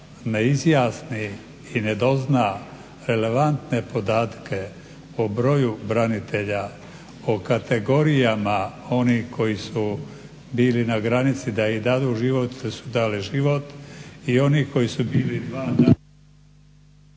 ne izjasni i ne dozna relevantne podatke o broju branitelja, o kategorijama onih kojih su bili na granici da i dadu život te su dali život i oni koji su bili dva dana